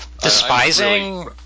Despising